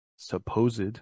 supposed